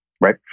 right